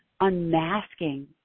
unmasking